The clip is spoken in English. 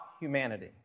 humanity